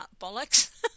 bollocks